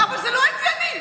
אבל זו לא הייתי אני.